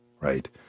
right